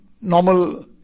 normal